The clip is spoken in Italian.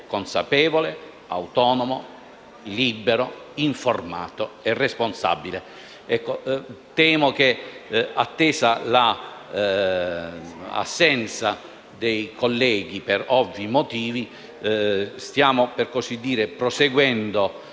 consapevole, autonomo, libero informato e responsabile. Temo che, attesa l'assenza dei colleghi per ovvi motivi, stiamo proseguendo